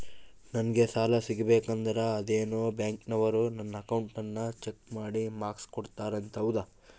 ನಂಗೆ ಸಾಲ ಸಿಗಬೇಕಂದರ ಅದೇನೋ ಬ್ಯಾಂಕನವರು ನನ್ನ ಅಕೌಂಟನ್ನ ಚೆಕ್ ಮಾಡಿ ಮಾರ್ಕ್ಸ್ ಕೊಡ್ತಾರಂತೆ ಹೌದಾ?